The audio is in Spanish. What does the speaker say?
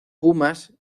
pumas